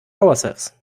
ourselves